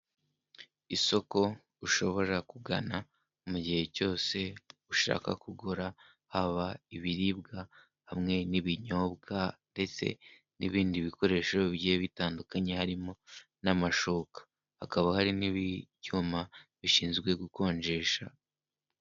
Usoko ushobora kugana mu gihe cyose ushaka kugura haba ibiribwa, hamwe n'ibinyobwa, ndetse n'ibindi bikoresho bigiye bitandukanye harimo n'amashuka, hakaba hari ibyuma bishinzwe gukonjesha.